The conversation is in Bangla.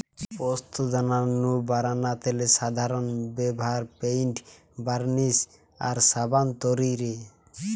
পোস্তদানা নু বারানা তেলের সাধারন ব্যভার পেইন্ট, বার্নিশ আর সাবান তৈরিরে